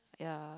ya